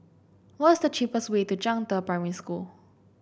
what is the cheapest way to Zhangde Primary School